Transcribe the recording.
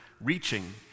reaching